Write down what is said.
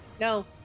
no